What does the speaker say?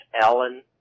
Ellen